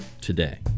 today